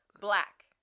Black